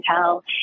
tell